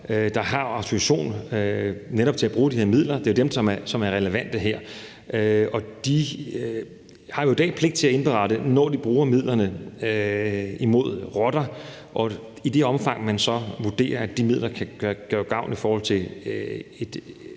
der har autorisation til netop at bruge de her midler, som er relevante her. De har i dag pligt til at indberette, når de bruger midlerne imod rotter, og i det omfang, man så vurderer, at de midler kan gøre gavn i forhold til mus,